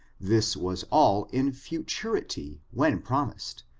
this was all in futurity when promised,